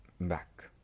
back